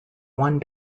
one